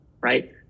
right